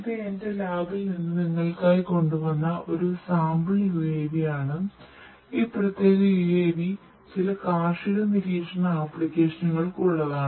ഇത് എന്റെ ലാബിൽ നിന്ന് നിങ്ങൾക്കായി കൊണ്ടുവന്ന ഒരു സാമ്പിൾ UAV ആണ് ഈ പ്രത്യേക UAV ചില കാർഷിക നിരീക്ഷണ ആപ്ലിക്കേഷനുകൾക്കുള്ളതാണ്